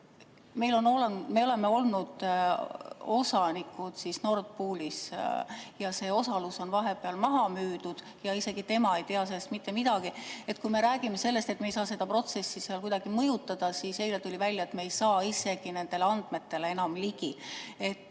me oleme olnud osanikud Nord Poolis ja see osalus on vahepeal maha müüdud. Isegi tema ei teadnud sellest mitte midagi. Kui räägime sellest, et me ei saa seda protsessi seal kuidagi mõjutada, siis eile tuli välja, et me ei saa isegi nendele andmetele enam ligi.